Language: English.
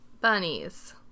Bunnies